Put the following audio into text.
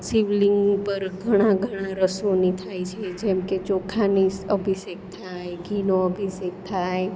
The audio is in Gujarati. શિવલિંગ ઉપર ઘણા ઘણાં રસોની થાય છે જેમકે ચોખાની અભિષેક થાય ઘીનો અભિષેક થાય